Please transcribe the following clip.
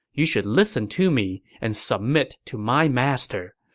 you should listen to me and submit to my master.